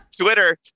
Twitter